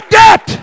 debt